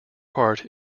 part